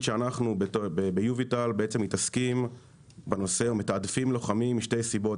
שאנחנו ביוביטל בעצם מתעסקים בנושא ומתעדפים לוחמים משתי סיבות.